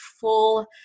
full